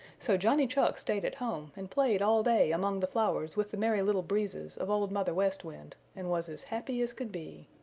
so johnny chuck stayed at home and played all day among the flowers with the merry little breezes of old mother west wind and was as happy as could be.